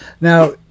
Now